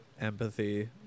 empathy